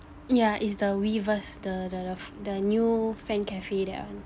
ya it's the weverse the the the the new fan cafe that one